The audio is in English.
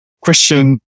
Question